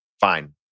fine